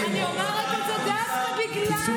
אני אומרת את זה דווקא בגלל,